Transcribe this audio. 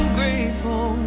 grateful